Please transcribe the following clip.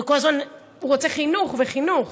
וכל הזמן הוא רוצה חינוך וחינוך.